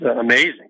amazing